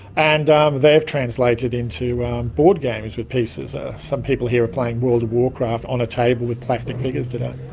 and um they've translated into board games with pieces. ah some people here are playing world of warcraft on a table with plastic figures today.